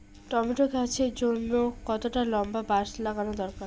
Tomato গাছের জন্যে কতটা লম্বা বাস লাগানো দরকার?